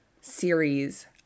series